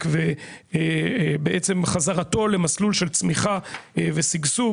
ובעצם חזרתו למסלול של צמיחה ושגשוג,